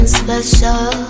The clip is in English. special